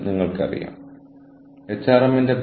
നിങ്ങൾ എവിടെയാണ് വര വരയ്ക്കുന്നത്